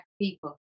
people